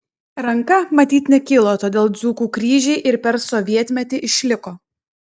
ranka matyt nekilo todėl dzūkų kryžiai ir per sovietmetį išliko